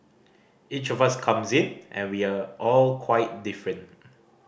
each of us comes in and we are all quite different